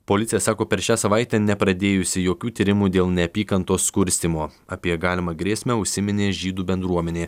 policija sako per šią savaitę nepradėjusi jokių tyrimų dėl neapykantos kurstymo apie galimą grėsmę užsiminė žydų bendruomenė